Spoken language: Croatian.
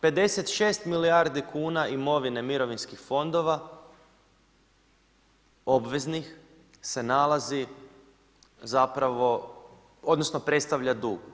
56 milijardi kuna imovine mirovinskih fondova, obveznih se nalazi zapravo, odnosno predstavlja dug.